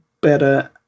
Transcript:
better